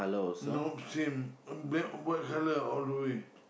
not same uh then what colour all the way